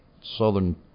southern